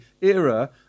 era